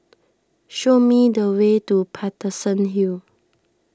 show me the way to Paterson Hill